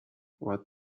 what